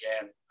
again